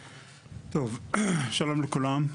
טוב, שלום לכולם.